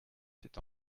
s’est